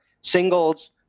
singles